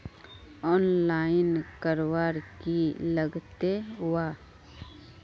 Online करवार की लगते वा?